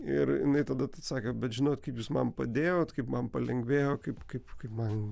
ir jinai tada sakė bet žinot kaip jūs man padėjot kaip man palengvėjo kaip kaip man